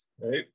right